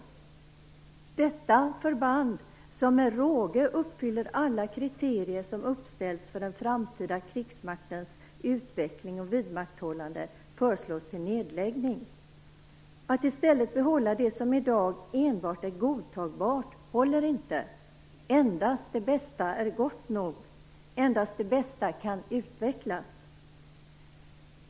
Detta förband, som med råge uppfyller alla kriterier som uppställs för den framtida krigsmaktens utveckling och vidmakthållande, föreslås läggas ned. Att i stället behålla det som i dag enbart är godtagbart håller inte. Endast det bästa är gott nog. Endast det bästa kan utvecklas.